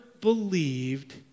believed